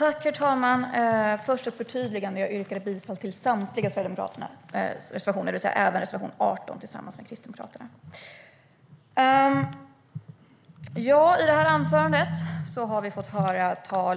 Herr talman! Jag vill först förtydliga att jag yrkade bifall till Sverigedemokraternas samtliga reservationer, det vill säga även reservation 18 som vi har lämnat tillsammans med Kristdemokraterna. I Christina Höj Larsens anförande talades